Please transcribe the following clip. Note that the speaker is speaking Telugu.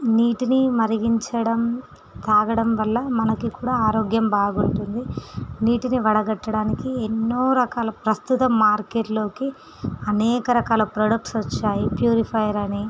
నీటిని మరిగించడం త్రాగడం వల్ల మనకి కూడా ఆరోగ్యం బాగుంటుంది నీటిని వడగట్టడానికి ఎన్నో రకాల ప్రస్తుతం మార్కెట్లోకి అనేక రకాల ప్రొడక్ట్స్ వచ్చాయి ప్యూరిఫైయరని